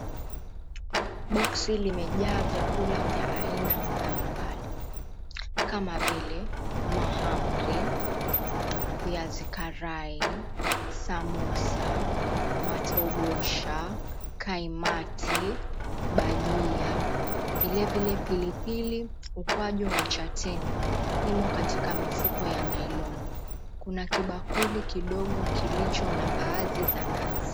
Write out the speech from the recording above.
Boksi limejaa vyakula vya aina mbalimbali kama vile: mahamri, viazikarai, samosa, matobosha, kaimati, bajia, vilevile pilipili, ukwaju, na chateni. Vimo katika mifuko ya nailoni. Kuna kibakuli kidogo kilicho na mbaazi za nazi.